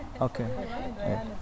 okay